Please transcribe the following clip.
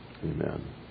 Amen